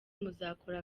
muzakora